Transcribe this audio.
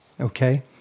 okay